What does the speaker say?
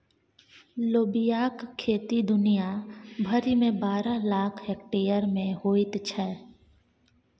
लोबियाक खेती दुनिया भरिमे बारह लाख हेक्टेयर मे होइत छै